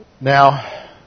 Now